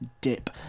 dip